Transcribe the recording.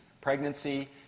pregnancy